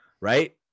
right